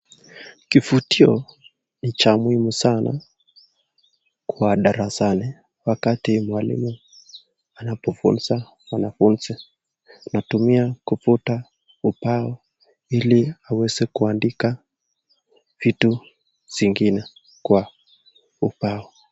Kifutio ni cha muhimu sana kwa darasani wakati mwalimu anapofuza wanafuzi. Anatumia kufuta ubao ili aweze kuandika vitu zingine kwa ubao.